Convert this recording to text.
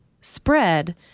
spread